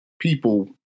people